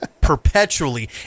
perpetually